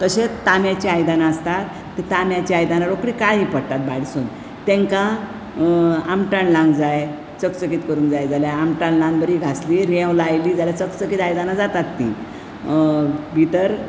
तशेंच तांब्याची आयदनां आसतात ती तांब्याची आयदनां रोखडीच काळी पडटात भायरसून तेंकां आमठाण लावंक जाय चकचकीत करूंक जाय जाल्यार आमठाण लावन बरी घासली रेंव लायली जाल्यार बरी चकचकीत जातात ती भितर